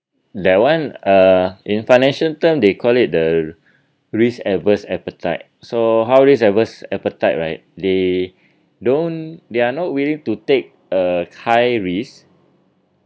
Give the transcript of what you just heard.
that one uh in financial terms they call it the risk adverse appetite so how this adverse appetite right they don't they're not willing to take a high risk